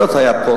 לאחיות היתה כן,